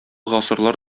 гасырлар